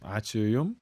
ačiū jum